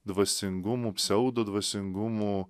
dvasingumų pseudo dvasingumų